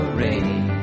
rain